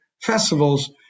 festivals